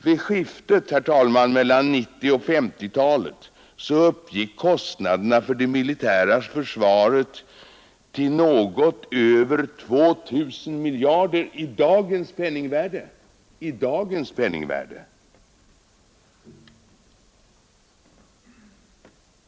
Vid skiftet, herr talman, mellan 1940 och 1950-talen uppgick kostnaderna för det militära försvaret till något över 2 000 miljoner kronor i dagens penningvärde.